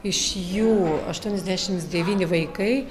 iš jų aštuoniasdešims devyni vaikai